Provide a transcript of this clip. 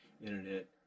internet